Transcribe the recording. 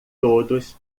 todos